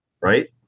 Right